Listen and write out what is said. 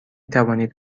توانید